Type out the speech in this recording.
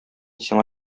сиңа